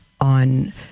on